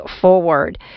forward